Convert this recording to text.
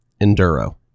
enduro